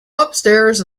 upstairs